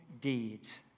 deeds